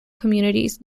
communities